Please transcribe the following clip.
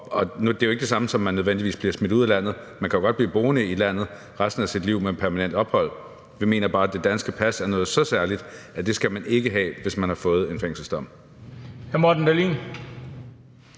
Det er jo ikke det samme, som at man nødvendigvis bliver smidt ud af landet; man kan jo godt blive boende i landet resten af sit liv med permanent ophold. Vi mener bare, at det danske pas er noget særligt, og at det skal man ikke have, hvis man har fået en fængselsdom.